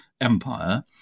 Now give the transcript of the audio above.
empire